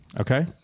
Okay